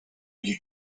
you